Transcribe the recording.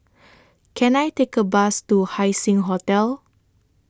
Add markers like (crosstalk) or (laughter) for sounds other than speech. (noise) Can I Take A Bus to Haising Hotel